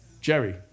Jerry